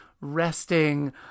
resting